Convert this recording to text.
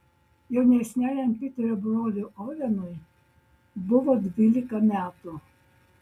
jaunesniajam piterio broliui ovenui buvo dvylika metų